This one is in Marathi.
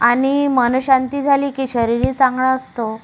आणि मनःशांती झाली की शरीरही चांगला असतो